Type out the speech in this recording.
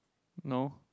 no